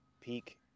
peak